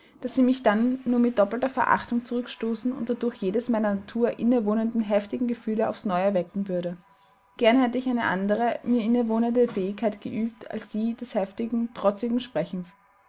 daß sie mich dann nur mit doppelter verachtung zurückstoßen und dadurch jedes meiner natur innewohnende heftige gefühl aufs neue erwecken würde gern hätte ich eine andere mir innewohnende fähigkeit geübt als die des heftigen trotzigen sprechens